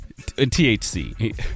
THC